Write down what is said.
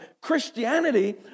Christianity